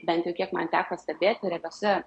bent jau kiek man teko stebėti realiose